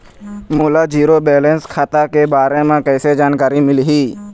मोला zero balance खाता के बारे म कैसे जानकारी मिलही?